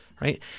right